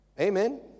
Amen